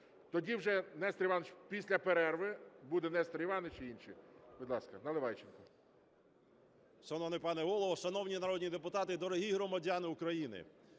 Тоді вже, Нестор Іванович, після перерви, буде Нестор Іванович і інші. Будь ласка, Наливайченко.